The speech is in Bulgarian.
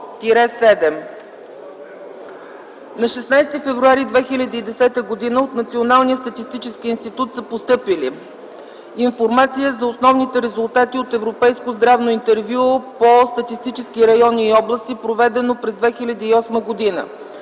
На 16 февруари 2010 г. от Националния статистически институт са постъпили: - Информация за основните резултати от европейско здравно интервю по статистически райони и области, проведено през 2008 г.;